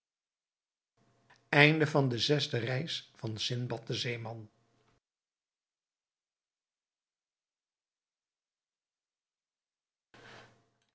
reis zesde reis van sindbad den zeeman